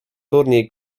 turniej